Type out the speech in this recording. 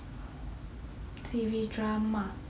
T_V drama